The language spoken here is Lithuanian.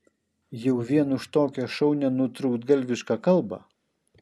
jau vien už tokią šaunią nutrūktgalvišką kalbą